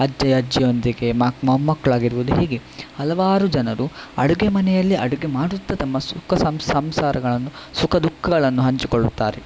ಅಜ್ಜಿ ಅಜ್ಜಿಯೊಂದಿಗೆ ಮೊಮ್ಮಕ್ಕಳಾಗಿರ್ಬಹುದು ಹೀಗೆ ಹಲವಾರು ಜನರು ಅಡುಗೆ ಮನೆಯಲ್ಲಿ ಅಡುಗೆ ಮಾಡುತ್ತಾ ತಮ್ಮ ಸುಖ ಸಂಸಾರಗಳನ್ನು ಸುಖ ದುಃಖಗಳನ್ನು ಹಂಚಿಕೊಳ್ಳುತ್ತಾರೆ